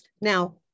Now